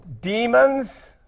demons